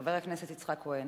חבר הכנסת יצחק כהן.